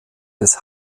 des